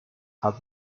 are